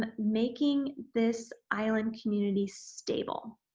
but making this island community stable.